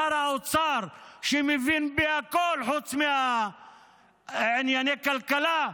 שר האוצר שמבין בהכול חוץ מענייני כלכלה,